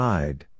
Side